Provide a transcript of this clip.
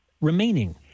remaining